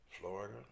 Florida